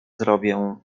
zrobię